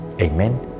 Amen